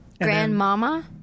Grandmama